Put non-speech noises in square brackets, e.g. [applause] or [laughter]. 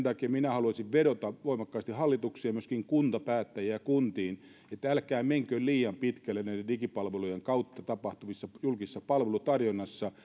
[unintelligible] takia minä haluaisin vedota voimakkaasti hallitukseen ja myöskin kuntapäättäjiin ja kuntiin että älkää menkö liian pitkälle näiden digipalvelujen kautta tapahtuvassa julkisessa palvelutarjonnassa [unintelligible]